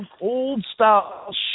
old-style